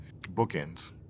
bookends